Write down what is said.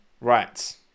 right